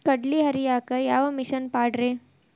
ಕಡ್ಲಿ ಹರಿಯಾಕ ಯಾವ ಮಿಷನ್ ಪಾಡ್ರೇ?